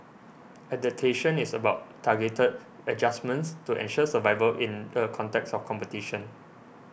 adaptation is about targeted adjustments to ensure survival in the context of competition